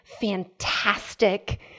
fantastic